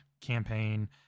campaign